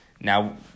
Now